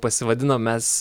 pasivadinom mes